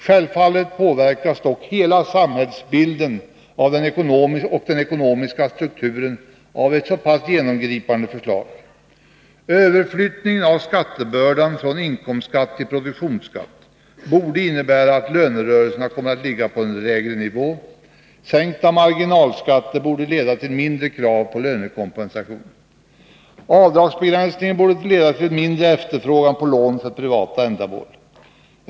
Självfallet påverkas dock hela samhällsbilden och den ekonomiska strukturen av ett så pass genomgripande förslag. Överflyttningen av skattebördan från inkomstskatt till produktionsskatt borde innebära att lönerörelserna kommer att ligga på en lägre nivå. Sänkta marginalskatter borde leda till mindre krav på lönekompensation. Avdragsbegränsningen borde leda till mindre efterfrågan på lån för privata ändamål.